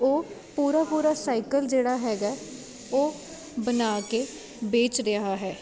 ਉਹ ਪੂਰਾ ਪੂਰਾ ਸਾਈਕਲ ਜਿਹੜਾ ਹੈਗਾ ਉਹ ਬਨਾ ਕੇ ਵੇਚ ਰਿਹਾ ਹੈ